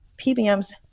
PBMs